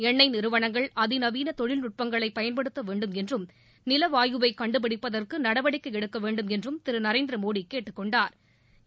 எண்ணெய் நிறுவனங்கள் அதிநவீன தொழில்நுட்பங்களை பயன்படுத்த வேண்டுமென்றும் நிலவாயுவை கண்டுபிடிப்பதற்கு நடவடிக்கை எடுக்க வேண்டுமென்று திரு நரேந்திரமோடி கேட்டுக் கொணடாா்